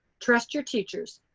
trust your teachers.